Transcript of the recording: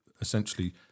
essentially